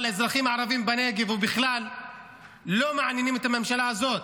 אבל האזרחים הערבים בנגב בכלל לא מעניינים את הממשלה הזאת.